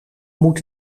moet